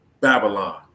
Babylon